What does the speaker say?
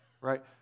Right